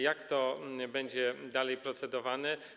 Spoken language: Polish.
Jak to będzie dalej procedowane?